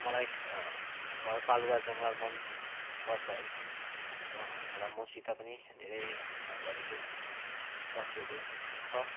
मलाई घरपालुवा जनावर मन पर्छ है र मसित पनि धेरै घरेलु पशुहरू छ